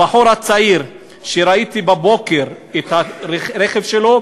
הבחור הצעיר שראיתי בבוקר את הרכב שלו,